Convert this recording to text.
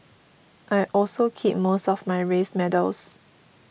I also keep most of my race medals